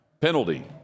penalty